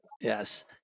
Yes